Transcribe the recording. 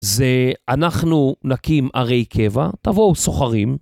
זה אנחנו נקים ערי קבע, תבואו סוחרים.